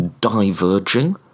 diverging